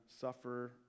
suffer